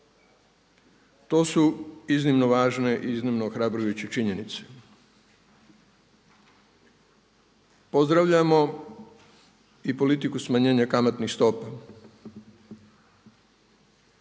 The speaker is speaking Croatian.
To su iznimno važne i iznimno ohrabrujuće činjenice. Pozdravljamo i politiku smanjenja kamatnih stopa.